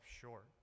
short